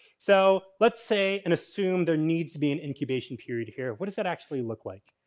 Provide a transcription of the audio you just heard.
so, let's say and assume there needs to be an incubation period here. what does that actually look like?